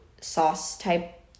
sauce-type